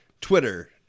Twitter